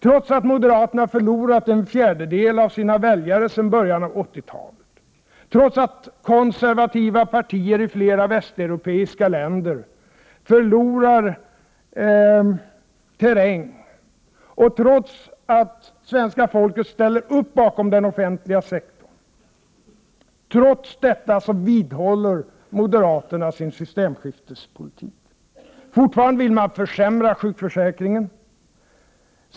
Trots att moderaterna har förlorat en fjärdedel av sina väljare sedan början av 80-talet, trots att konservativa partier i flera västeuropeiska länder förlorar terräng, och trots att svenska folket ställer upp bakom den offentliga sektorn, trots detta vidhåller moderaterna sin systemskiftespolitik. Fortfarande vill man försämra sjukförsäkringen.